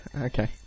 Okay